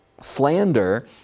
Slander